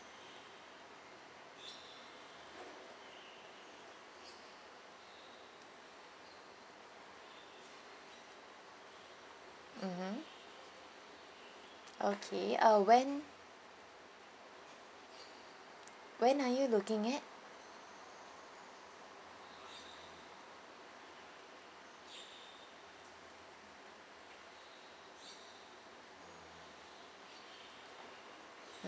mmhmm okay uh when when are you looking at